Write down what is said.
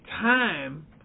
time